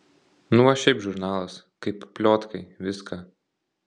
nu va šiaip žurnalas kaip pliotkai viską